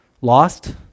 lost